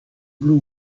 blue